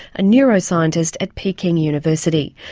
a neuroscientist at peking university.